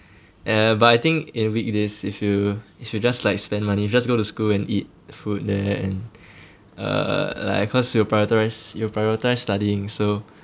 eh but I think in weekdays if you if you just like spend money you just go to school and eat food there and uh like cause you priori~ you prioritise studying so